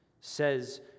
says